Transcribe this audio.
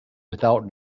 without